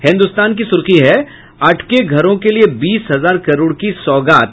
हिन्दुस्तान की सुर्खी है अटके घरों के लिये बीस हजार करोड़ की सौगात